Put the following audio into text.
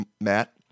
Matt